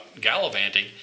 gallivanting